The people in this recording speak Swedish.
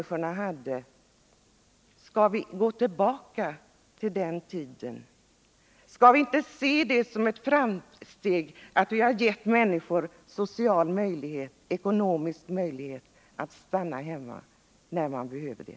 Skall vi gå tillbaka till den tiden? Skall vi inte se det som ett framsteg att vi har givit människor sociala och ekonomiska möjligheter att stanna hemma när de behöver det?